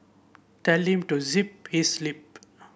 tell him to zip his lip